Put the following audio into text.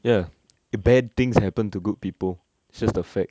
ya bad things happen to good people it's just the fact